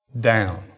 down